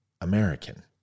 American